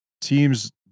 teams